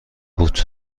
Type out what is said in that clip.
بود